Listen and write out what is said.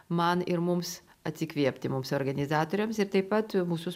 man ir mums atsikvėpti mums organizatoriams ir taip pat mūsų